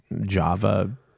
Java